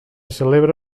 celebra